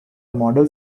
model